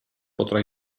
potrà